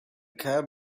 cab